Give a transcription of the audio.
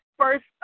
first